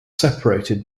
separated